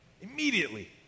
Immediately